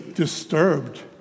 disturbed